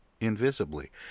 invisibly